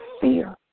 fear